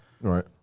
right